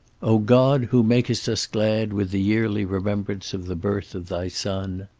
o god, who makest us glad with the yearly remembrance of the birth of thy son